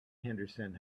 henderson